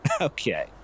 okay